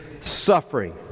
suffering